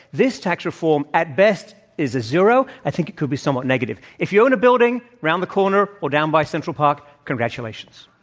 this tax reform at best is a zero. i think it could be somewhat negative. if you own a building around the corner or down by central park, congratulations.